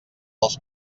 als